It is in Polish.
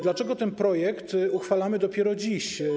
Dlaczego ten projekt uchwalamy dopiero dziś?